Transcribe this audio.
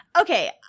okay